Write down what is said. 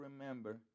remember